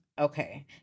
Okay